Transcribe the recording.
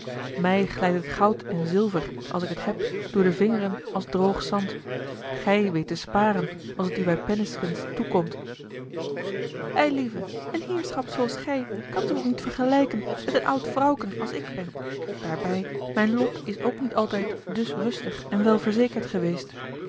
mij glijdt het goud en zilver als ik het heb door de vingeren als droog zand gij weet te sparen als t u bij penninkskens toekomt eilieve een heerschap zooals gij kan zich ook niet vergelijken met een oud vrouwken als ik ben daarbij mijn lot is ook niet altijd dus rustig en welverzekerd geweest